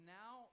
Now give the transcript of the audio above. now